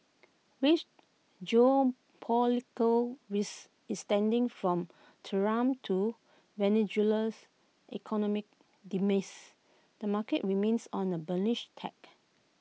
with geopolitical risk extending from Tehran to Venezuela's economic demise the market remains on A bullish tack